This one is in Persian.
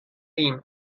ایم